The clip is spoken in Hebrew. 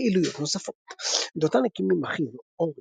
פעילויות נוספות דותן הקים עם אחיו, אורי,